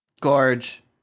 Gorge